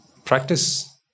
Practice